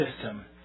system